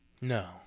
No